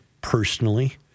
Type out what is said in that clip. personally